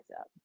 up